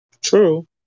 True